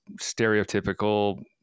stereotypical